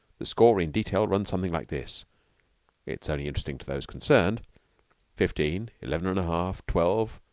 the score in detail runs something like this it is only interesting to those concerned fifteen, eleven and a half, twelve,